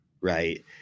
right